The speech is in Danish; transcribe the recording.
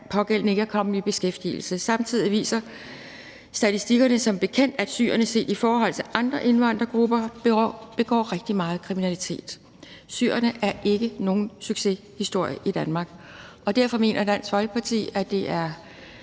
pågældende ikke er kommet i beskæftigelse. Samtidig viser statistikkerne som bekendt, at syrerne set i forhold til andre indvandrergrupper begår rigtig meget kriminalitet. Syrerne er ikke nogen succeshistorie i Danmark, og derfor mener Dansk Folkeparti, at det er